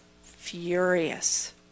furious